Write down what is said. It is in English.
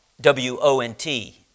W-O-N-T